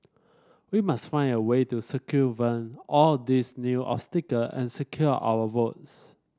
we must find a way to circumvent all these new obstacle and secure our votes